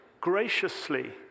graciously